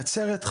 ומקצר את חייו,